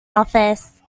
office